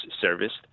serviced